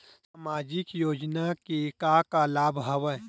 सामाजिक योजना के का का लाभ हवय?